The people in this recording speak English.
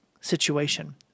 situation